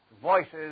voices